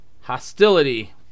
hostility